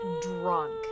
drunk